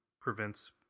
prevents